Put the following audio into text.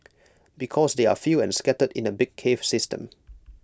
because they are few and scattered in A big cave system